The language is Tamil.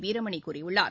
வீரமணி கூறியுள்ளார்